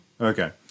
okay